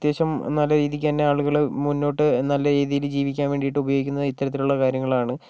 അത്യാവശ്യം നല്ല രീതിക്ക് തന്നെ ആളുകൾ മുന്നോട്ട് നല്ല രീതിയിൽ ജീവിക്കാൻ വേണ്ടിയിട്ട് ഉപയോഗിക്കുന്നത് ഇത്തരത്തിലുള്ള കാര്യങ്ങളാണ്